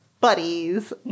buddies